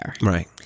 Right